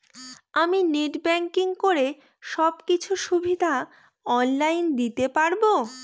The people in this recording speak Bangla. আমি নেট ব্যাংকিং করে সব কিছু সুবিধা অন লাইন দিতে পারবো?